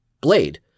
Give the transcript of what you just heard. blade